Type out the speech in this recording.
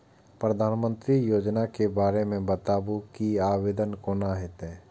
प्रधानमंत्री योजना के बारे मे बताबु की आवेदन कोना हेतै?